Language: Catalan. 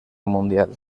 mundial